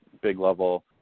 big-level